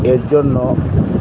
এর জন্য